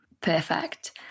Perfect